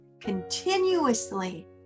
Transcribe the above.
continuously